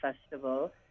Festival